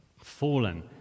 Fallen